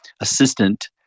assistant